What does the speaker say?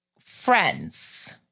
friends